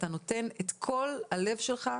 אתה נותן את כל הלב שלך,